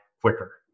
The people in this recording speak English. quicker